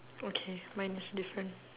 okay mine is different